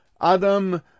Adam